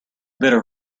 better